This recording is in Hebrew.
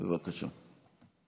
בבקשה.